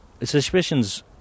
Suspicions